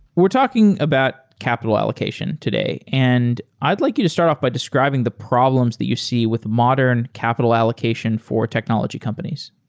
we're talking about capital allocation today, and i'd like you start off by describing the problems that you see with modern capital allocation for technology companies.